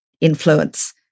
influence